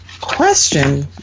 question